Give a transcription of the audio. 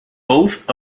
both